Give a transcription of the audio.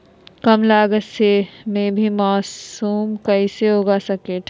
कम लगत मे भी मासूम कैसे उगा स्केट है?